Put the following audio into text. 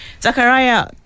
Zachariah